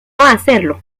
hacerlo